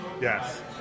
Yes